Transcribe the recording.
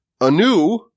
anew